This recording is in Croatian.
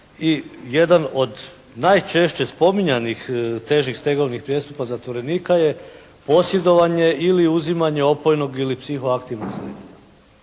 jedan od najčešće spominjanih težih stegovnih prijestupa zatvorenika je posjedovanje ili uzimanje opojnog ili psihoaktivnog sredstva.